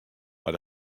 mar